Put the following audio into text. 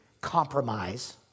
compromise